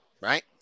right